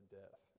death